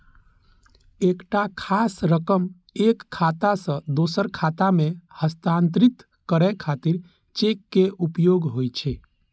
एकटा खास रकम एक खाता सं दोसर खाता मे हस्तांतरित करै खातिर चेक के उपयोग होइ छै